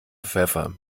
pfeffer